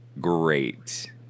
great